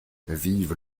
vive